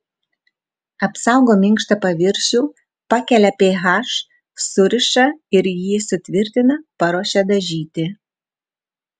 apsaugo minkštą paviršių pakelia ph suriša ir jį sutvirtina paruošia dažyti